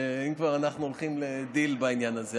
אם כבר אנחנו הולכים לדיל בעניין הזה.